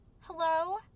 Hello